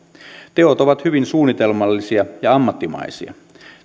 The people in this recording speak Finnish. teot ovat hyvin suunnitelmallisia ja ammattimaisia